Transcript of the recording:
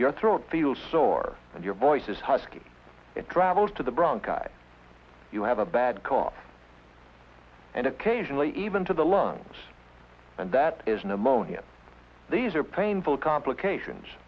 your throat feels sore and your voice is husky it travels to the bronchitis you have a bad cough and occasionally even to the lungs and that is pneumonia these are painful complications